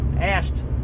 asked